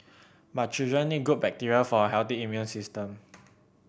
but children need good bacteria for a healthy immune system